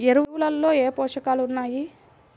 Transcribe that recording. ఎరువులలో ఏ పోషకాలు ఉన్నాయి?